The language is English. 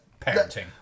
parenting